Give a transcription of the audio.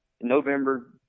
November